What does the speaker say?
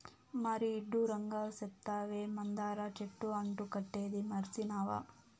మరీ ఇడ్డూరంగా సెప్తావే, మందార చెట్టు అంటు కట్టేదీ మర్సినావా